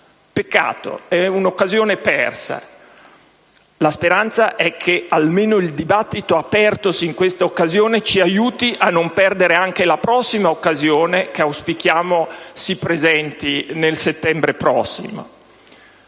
Peccato: è un'occasione persa. La speranza è che almeno il dibattito apertosi in questa occasione ci aiuti a non perdere anche la prossima occasione, che auspichiamo si presenti nel settembre prossimo.